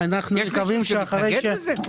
יש מישהו שמתנגד לזה?